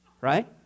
Right